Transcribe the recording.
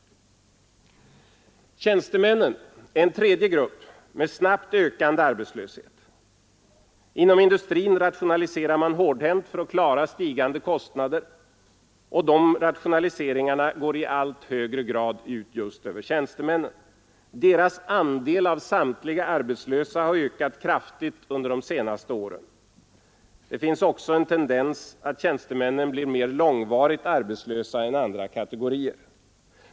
Tjänstemännen är en tredje grupp med snabbt ökande arbetslöshet. Inom industrin rationaliserar man hårdhänt för att klara stigande kostnader, och dessa rationaliseringar går i allt högre grad ut över just tjänstemännen. Deras andel av samtliga arbetslösa har ökat kraftigt under de senaste åren. Det finns också en tendens att tjänstemännen blir mer långvarigt arbetslösa än andra kategorier.